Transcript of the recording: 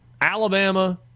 Alabama